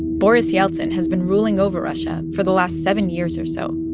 boris yeltsin has been ruling over russia for the last seven years or so.